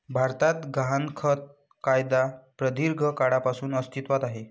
भारतात गहाणखत कायदा प्रदीर्घ काळापासून अस्तित्वात आहे